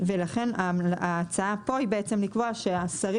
ולכן ההצעה פה היא בעצם לקבוע שהשרים